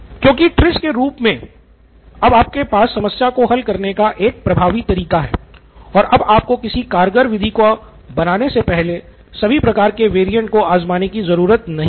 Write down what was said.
क्योंकि TRIZ के रूप मे अब आपके पास समस्या को हल करने का एक प्रभावी तरीका है और अब आपको किसी कारगर विधि को बनाने से पहले सभी प्रकार के वेरिएंट को आज़माने की ज़रूरत नहीं है